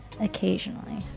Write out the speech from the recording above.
Occasionally